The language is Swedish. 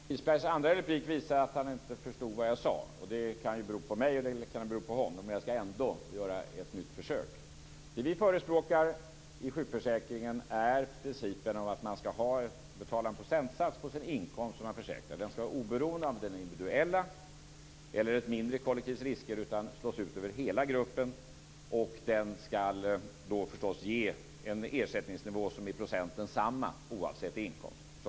Fru talman! Carlinge Wisbergs andra replik visar att han inte förstod vad jag sade. Det kan bero på mig eller det kan bero på honom. Jag skall ändå göra ett nytt försök. Vi förespråkar i sjukförsäkringen principen att man skall betala en procentsats på sin inkomst till försäkringen. Den skall vara oberoende av individuella eller ett mindre kollektivs risker, utan risken slås ut över hela gruppen. Den skall ge en ersättningsnivå som i procent är densamma oavsett inkomst.